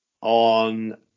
on